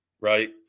right